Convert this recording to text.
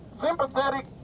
sympathetic